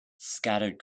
scattered